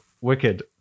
Wicked